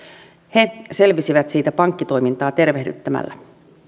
he selvisivät siitä pankkitoimintaa tervehdyttämällä